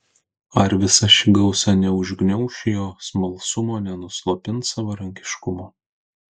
ar visa ši gausa neužgniauš jo smalsumo nenuslopins savarankiškumo